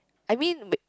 I mean